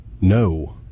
No